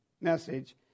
message